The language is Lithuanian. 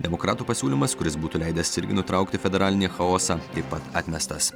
demokratų pasiūlymas kuris būtų leidęs irgi nutraukti federalinį chaosą taip pat atmestas